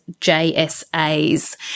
JSAs